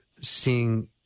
seeing